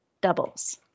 doubles